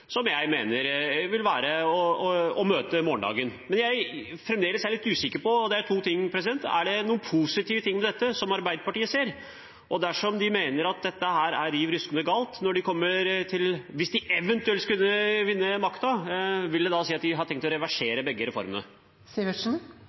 som jeg mener vil være å møte morgendagen. Men det er to ting jeg fremdeles er litt usikker på: Ser Arbeiderpartiet noe positivt ved dette? Og dersom de mener at dette er riv ruskende galt, vil det da si – hvis de eventuelt skulle vinne makten – at de har tenkt å